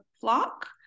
flock